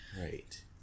right